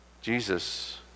Jesus